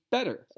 Better